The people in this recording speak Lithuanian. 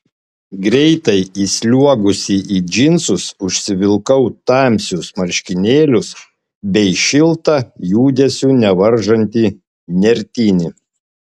greitai įsliuogusi į džinsus užsivilkau tamsius marškinėlius bei šiltą judesių nevaržantį nertinį